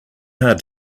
hard